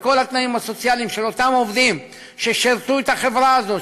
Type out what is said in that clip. לכל התנאים הסוציאליים של אותם עובדים ששירתו את החברה הזאת,